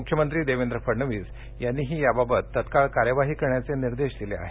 मुख्यमंत्री देवेंद्र फडणवीस यांनीही याबाबत तत्काळ कार्यवाही करण्याचे निर्देश दिले आहेत